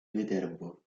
viterbo